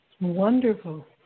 Wonderful